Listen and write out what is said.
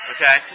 Okay